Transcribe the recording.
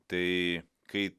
tai kai